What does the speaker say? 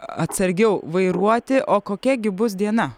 atsargiau vairuoti o kokia gi bus diena